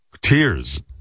tears